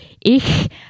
Ich